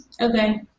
Okay